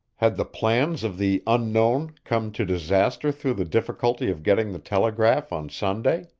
had the plans of the unknown come to disaster through the difficulty of getting the telegraph on sunday?